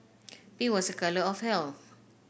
pink was a colour of health